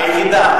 היחידה.